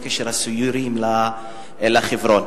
בקשר לסיורים בחברון: